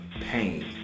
pain